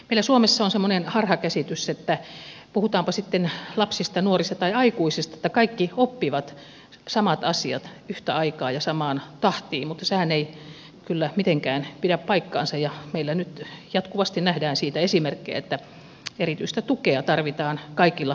meillä suomessa on semmoinen harhakäsitys että puhutaanpa sitten lapsista nuorista tai aikuisista kaikki oppivat samat asiat yhtä aikaa ja samaan tahtiin mutta sehän ei kyllä mitenkään pidä paikkaansa ja meillä nyt jatkuvasti nähdään siitä esimerkkejä että erityistä tukea tarvitaan kaikilla koulutusasteilla